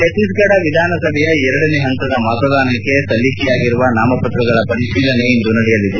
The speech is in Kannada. ಛತ್ತೀಸ್ಗಢ ವಿಧಾನಸಭೆಯ ಎರಡನೇ ಹಂತದ ಮತದಾನಕ್ಕೆ ಸಲ್ಲಿಕೆಯಾಗಿರುವ ನಾಮಪತ್ರಗಳ ಪರಿಶೀಲನೆ ಇಂದು ನಡೆಯಲಿದೆ